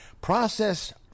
processed